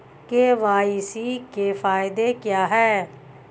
KYC के फायदे क्या है?